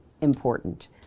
important